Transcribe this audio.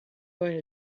going